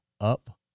up